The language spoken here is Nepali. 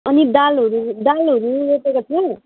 अनि दालहरू दालहरू रोपेको छ